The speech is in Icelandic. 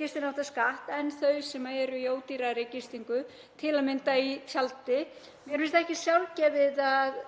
gistináttaskatt en þau sem eru í ódýrari gistingu, til að mynda í tjaldi. Mér finnst ekki sjálfgefið að